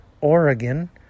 Oregon